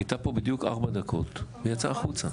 היא הייתה פה בדיוק 4 דקות והיא יצאה החוצה.